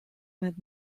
mit